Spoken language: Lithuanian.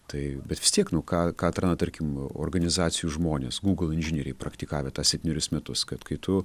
tai bet vis tiek nu ką ką atranda tarkim organizacijų žmonės gūgl inžinieriai praktikavę tą septynerius metus kad kai tu